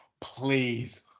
please